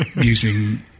using